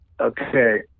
okay